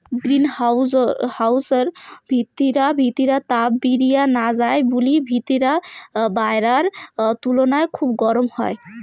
green হাউসর ভিতিরা তাপ বিরিয়া না যাই বুলি ভিতিরা বায়রার তুলুনায় খুব গরম হই